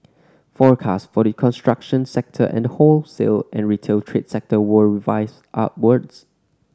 forecast for the construction sector and the wholesale and retail trade sector were revised upwards